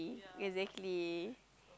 exactly